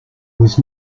was